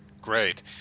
Great